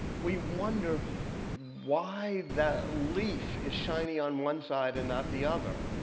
we wonder why that leaf is shiny on one side and not the other,